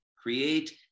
create